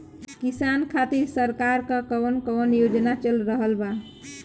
किसान खातिर सरकार क कवन कवन योजना चल रहल बा?